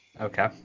Okay